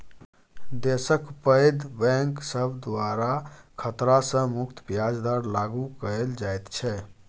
देशक पैघ बैंक सब द्वारा खतरा सँ मुक्त ब्याज दर लागु कएल जाइत छै